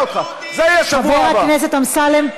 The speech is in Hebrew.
לחבר הכנסת אמסלם.